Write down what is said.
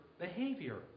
behavior